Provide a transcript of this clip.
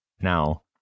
Now